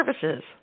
Services